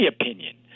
opinion